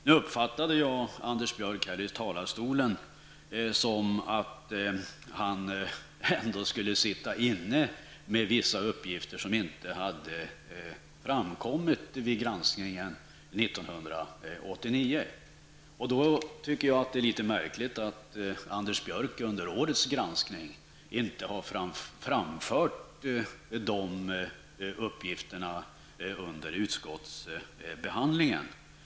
Nu uppfattade jag det ändå som om Anders Björck skulle sitta inne med vissa uppgifter som inte framkommit vid granskningen 1989. Då tycker jag att det är litet märkligt att inte Anders Björck har framfört de uppgifterna under årets granskning och utskottets behandling.